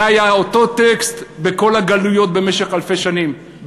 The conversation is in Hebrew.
זה היה אותו טקסט בכל הגלויות במשך אלפי שנים,